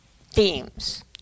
themes